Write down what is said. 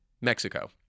Mexico